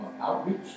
Outreach